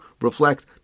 reflect